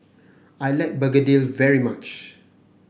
I like begedil very much